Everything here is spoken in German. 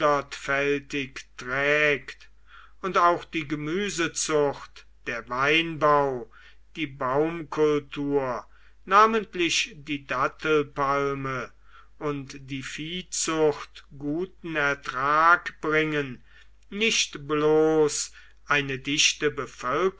trägt und auch die gemüsezucht der weinbau die baumkultur namentlich die dattelpalme und die viehzucht guten ertrag bringen nicht bloß eine dichte